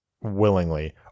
willingly